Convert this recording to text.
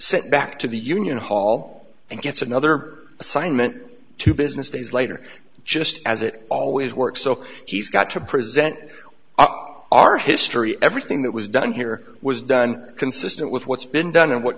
sent back to the union hall and gets another assignment two business days later just as it always works so he's got to present up our history everything that was done here was done consistent with what's been done and what